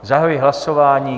Zahajuji hlasování.